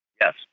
Yes